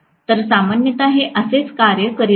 तर सामान्यत हे असेच कार्य करत आहे